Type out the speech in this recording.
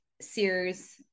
Sears